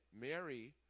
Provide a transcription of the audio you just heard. Mary